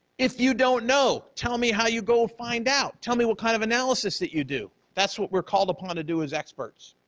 if you don't know, tell me how you go and find out. tell me what kind of analysis that you do. that's what we're called upon to do as experts.